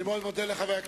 אני רואה שזה 2009,